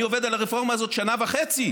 אני עובד על הרפורמה הזאת שנה וחצי,